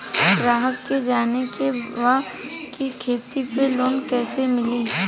ग्राहक के जाने के बा की खेती पे लोन कैसे मीली?